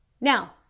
now